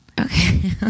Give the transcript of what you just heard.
Okay